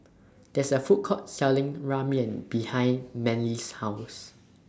There IS A Food Court Selling Ramyeon behind Manley's House